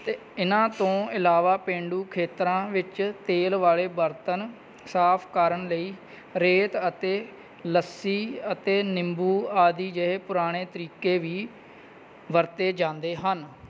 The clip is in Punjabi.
ਅਤੇ ਇਹਨਾਂ ਤੋਂ ਇਲਾਵਾ ਪੇਂਡੂ ਖੇਤਰਾਂ ਵਿੱਚ ਤੇਲ ਵਾਲੇ ਬਰਤਨ ਸਾਫ ਕਰਨ ਲਈ ਰੇਤ ਅਤੇ ਲੱਸੀ ਅਤੇ ਨਿੰਬੂ ਆਦਿ ਜਿਹੇ ਪੁਰਾਣੇ ਤਰੀਕੇ ਵੀ ਵਰਤੇ ਜਾਂਦੇ ਹਨ